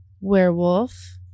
werewolf